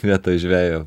vietoj žvejo